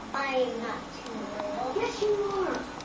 i am not too little! yes you are.